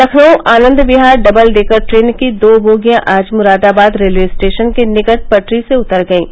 Lucknow Anand Vihar double decker train की दो बोगियां आज मुरादाबाद रेलवे स्टेशन के निकट पटरी से उतर गयीं